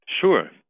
Sure